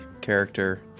character